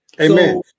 Amen